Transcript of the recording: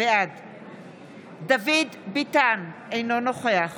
בעד דוד ביטן, אינו נוכח